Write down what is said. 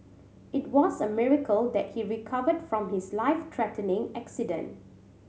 it was a miracle that he recovered from his life threatening accident